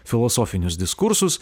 filosofinius diskursus